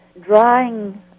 drying